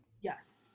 yes